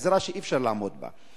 גזירה שאי-אפשר לעמוד בה.